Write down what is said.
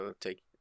take